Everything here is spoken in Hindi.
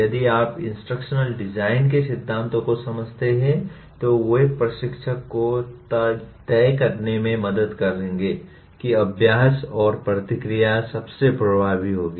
यदि आप इंस्ट्रक्शनल डिजाइन के सिद्धांतों को समझते हैं तो वे प्रशिक्षक को यह तय करने में मदद करेंगे कि अभ्यास और प्रतिक्रिया सबसे प्रभावी होगी